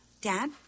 Dad